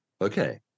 Okay